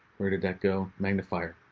where did that go? magnifier?